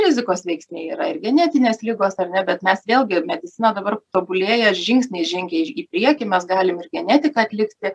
rizikos veiksniai yra ir genetinės ligos ar ne bet mes vėlgi medicina dabar tobulėja žingsniais žengia į priekį mes galim ir genetiką atlikti